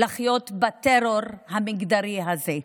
לחיות בטרור המגדרי הזה.